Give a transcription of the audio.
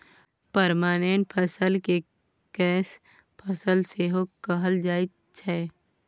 permanent फसल केँ कैस फसल सेहो कहल जाइ छै